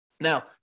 Now